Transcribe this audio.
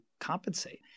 compensate